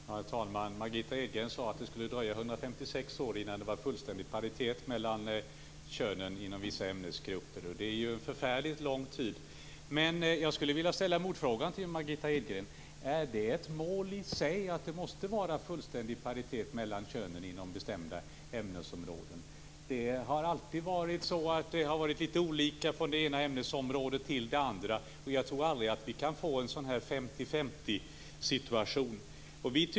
Herr talman! Margitta Edgren sade att det skulle dröja 156 år innan det var fullständig paritet mellan könen inom vissa ämnesgrupper. Det är ju en förfärligt lång tid. Men jag skulle vilja ställa en motfråga till Margitta Edgren: Är det ett mål i sig att det måste vara fullständig paritet mellan könen inom bestämda ämnesområden? Det har alltid varit litet olika från det ena ämnesområdet till det andra, och jag tror aldrig att det kan bli en 50-50-situation.